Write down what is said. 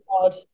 God